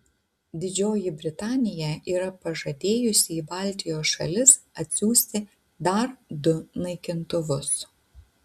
didžioji britanija yra pažadėjusi į baltijos šalis atsiųsti dar du naikintuvus